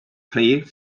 played